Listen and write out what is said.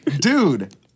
Dude